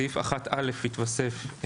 סעיף (1א) יתווסף,